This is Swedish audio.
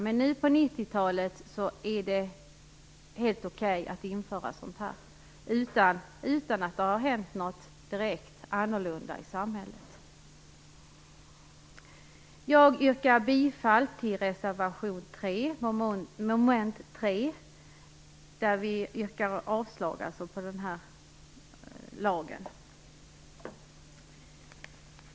Men nu på 1990-talet är det helt okej att införa sådant här, utan att det direkt har hänt någonting i samhället. Jag yrkar bifall till reservation 3, som rör mom. 3, där vi yrkar avslag på det här lagförslaget.